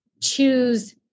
choose